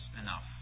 enough